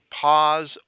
pause